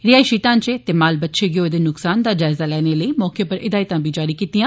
रिहायशी ढांचे ते माल बच्छा गी होए दे नुक्सान दा जायजा लैने लेई मौके उप्पर हिदायतां बी जारी कीतियां